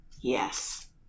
yes